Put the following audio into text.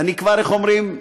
אני כבר, איך אומרים,